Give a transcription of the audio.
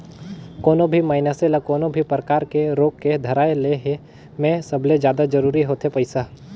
कोनो भी मइनसे ल कोनो भी परकार के रोग के धराए ले हे में सबले जादा जरूरी होथे पइसा